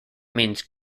means